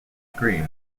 scream